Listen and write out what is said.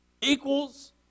equals